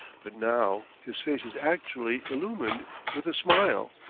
but now his face is actually illumined with a smile.